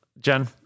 Jen